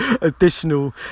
additional